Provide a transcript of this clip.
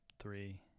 three